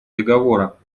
договора